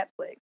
Netflix